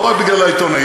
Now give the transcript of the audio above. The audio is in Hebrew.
לא רק בגלל העיתונאים,